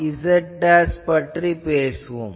gnz பற்றிப் பேசுவோம்